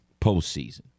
postseason